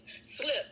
slip